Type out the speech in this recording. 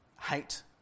hate